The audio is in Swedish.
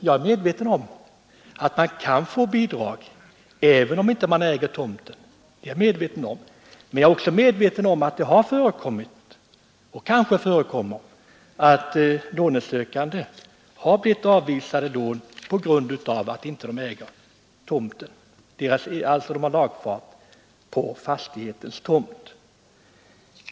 Jag är medveten om att man kan få bidrag, även om man inte äger tomten. Men jag är också medveten om att det har förekommit och kanske förekommer att lånesökande blivit avvisade på grund av att de inte har lagfart på fastighetens tomt.